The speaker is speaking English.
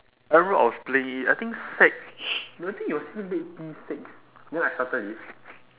I remember I was playing it I think sec no I think it was actually late P six then I started it